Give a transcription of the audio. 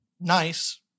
nice